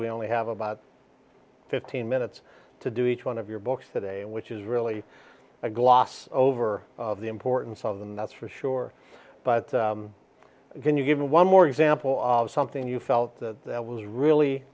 we only have about fifteen minutes to do each one of your books today which is really a gloss over of the importance of them that's for sure but can you give me one more example of something you felt was really